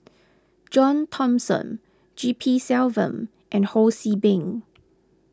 John Thomson G P Selvam and Ho See Beng